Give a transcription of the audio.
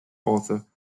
author